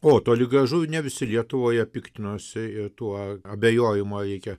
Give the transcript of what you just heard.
o toli gražu ne visi lietuvoje piktinosi ir tuo abejojimu ar reikia